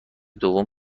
دوم